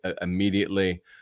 immediately